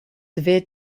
severe